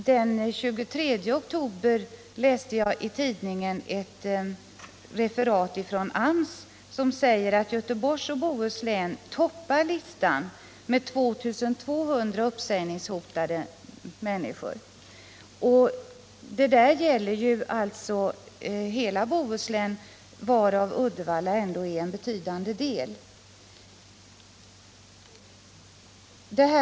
Den 23 oktober läste jag i tidningen ett referat från AMS, som säger att Göteborgs och Bohus län toppar listan med 2 200 uppsägningshotade människor. Det gäller alltså hela Bohuslän, varav Uddevalla dock är en betydande del.